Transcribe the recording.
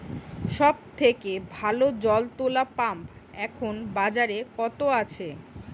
সব থেকে ভালো জল তোলা পাম্প এখন বাজারে কত আছে?